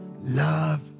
love